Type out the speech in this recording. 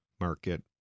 market